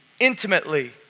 intimately